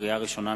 לקריאה ראשונה,